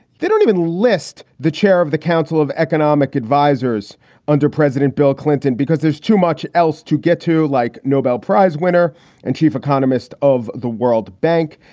they don't even list the chair of the council of economic advisers under president bill clinton because there's too much else to get to like. nobel prize winner and chief economist of the world bank.